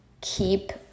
keep